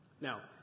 Now